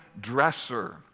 dresser